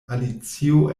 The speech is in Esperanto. alicio